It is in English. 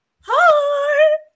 Hi